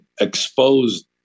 exposed